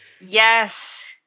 Yes